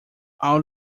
all